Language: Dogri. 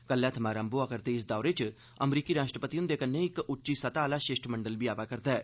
कलै थमां रम्म होआ करदे इस दौरे च अमरीकी राष्ट्रपति हुन्दे कन्नै इक उच्ची स्तह आहला शिष्टमंडल बी आवा'करदा ऐ